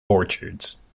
orchards